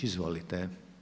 Izvolite.